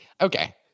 Okay